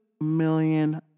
million